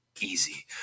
Easy